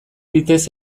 bitez